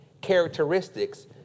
characteristics